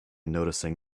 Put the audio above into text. noticing